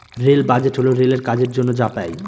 rail budget হল রেলের কাজের জন্য যা পাই